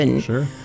Sure